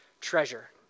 treasure